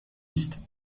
است